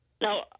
Now